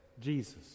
Jesus